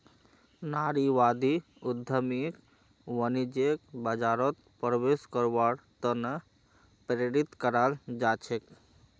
नारीवादी उद्यमियक वाणिज्यिक बाजारत प्रवेश करवार त न प्रेरित कराल जा छेक